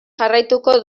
jarraituko